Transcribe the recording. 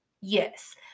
Yes